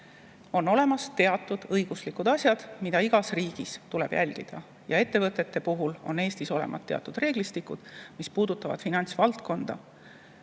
On olemas teatud õiguslikud asjad, mida igas riigis tuleb jälgida. Eestis on ettevõtete puhul olemas teatud reeglistikud, mis puudutavad finantsvaldkonda,